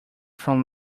from